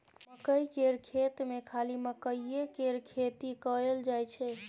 मकई केर खेत मे खाली मकईए केर खेती कएल जाई छै